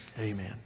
Amen